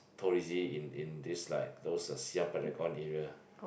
touristy in in this like those uh Siam-Paragon area